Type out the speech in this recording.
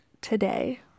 today